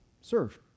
Serve